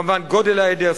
וכמובן גודל העדר,